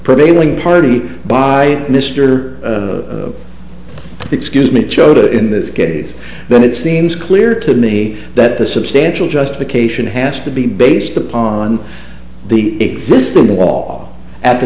prevailing party by mister excuse me the chota in this case then it seems clear to me that the substantial justification has to be based upon the existing law at the